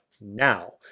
now